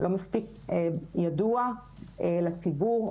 לא מספיק ידוע לציבור,